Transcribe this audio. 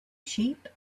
sheep